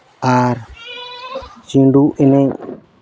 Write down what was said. ᱟᱨ ᱪᱷᱤᱸᱰᱩ ᱮᱱᱮᱡ